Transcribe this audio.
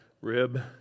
rib